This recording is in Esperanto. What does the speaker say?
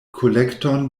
kolekton